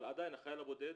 אבל עדיין החייל הבודד,